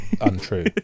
untrue